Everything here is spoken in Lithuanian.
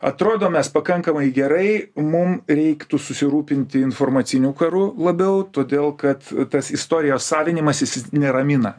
atrodom mes pakankamai gerai mum reiktų susirūpinti informaciniu karu labiau todėl kad tas istorijos savinimasis neramina